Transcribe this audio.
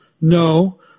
No